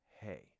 hey